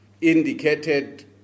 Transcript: indicated